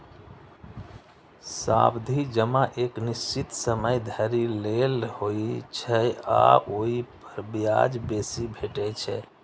सावधि जमा एक निश्चित समय धरि लेल होइ छै आ ओइ पर ब्याज बेसी भेटै छै